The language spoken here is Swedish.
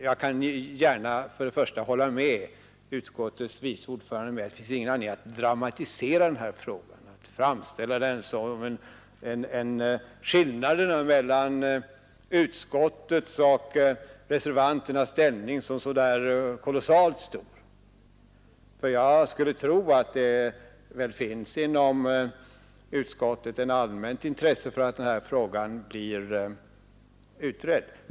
Jag kan gärna hålla med utskottets vice ordförande om att det inte finns någon anledning att dramatisera denna fråga, att framställa skillnaderna mellan utskottets och reservanternas ställning som så kolossalt stora. Jag skulle tro att det inom utskottet råder ett allmänt intresse för att denna fråga blir utredd.